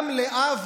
גם לאב